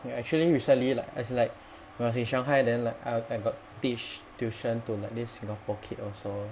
you know actually recently like as like while I was in shanghai then like I I got teach tuition to like this singapore kid also